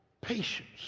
patience